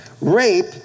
rape